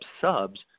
subs